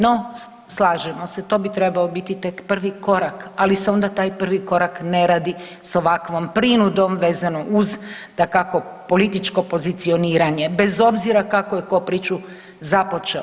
No, slažemo se to bi trebao biti tek prvi korak, ali se onda taj prvi korak ne radi s ovakvom prinudom vezano uz dakako političko pozicioniranje bez obzira kako je tko priču započeo.